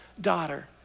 daughter